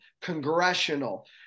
Congressional